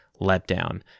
letdown